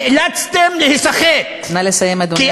נאלצתם להיסחט, נא לסיים, אדוני.